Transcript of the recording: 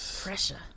pressure